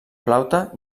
flauta